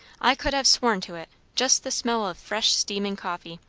i could have sworn to it just the smell of fresh, steaming coffee.